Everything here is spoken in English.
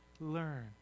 learn